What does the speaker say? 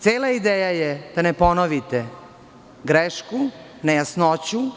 Cela ideja je da ne ponovite grešku, nejasnoću.